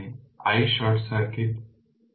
তার মানে আমিও বলেছি i short circuit i2 225 ampere